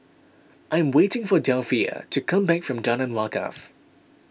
I am waiting for Delphia to come back from Jalan Wakaff